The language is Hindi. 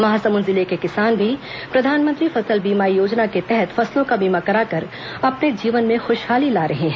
महासमुंद जिले के किसान भी प्रधानमंत्री फसल बीमा योजना के तहत फसलों का बीमा कराकर अपने जीवन में खुशहाली ला रहे हैं